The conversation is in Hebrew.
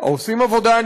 עושים עבודה,